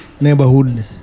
neighborhood